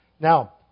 Now